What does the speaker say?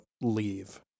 leave